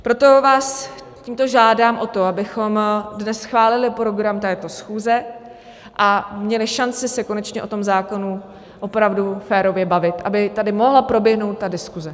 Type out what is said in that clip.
Proto vás tímto žádám o to, abychom dnes schválili program této schůze a měli šanci se konečně o tom zákonu opravdu férově bavit, aby tady mohla proběhnout ta diskuse.